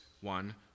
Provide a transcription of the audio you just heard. One